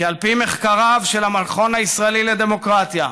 כי על פי מחקריו של המכון הישראלי לדמוקרטיה,